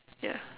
yeah